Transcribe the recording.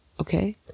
okay